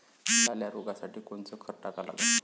लाल्या रोगासाठी कोनचं खत टाका लागन?